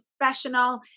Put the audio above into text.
professional